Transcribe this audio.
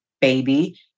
baby